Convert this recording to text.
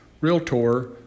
realtor